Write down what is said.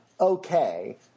okay